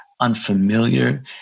unfamiliar